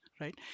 right